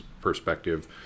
perspective